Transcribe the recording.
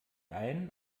einen